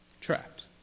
Trapped